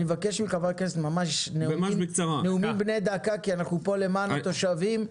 אני מבקש מחברי הכנסת ממש נאומים בני דקה כי אנחנו למען התושבים.